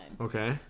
Okay